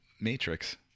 Matrix